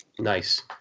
Nice